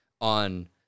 on